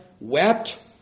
wept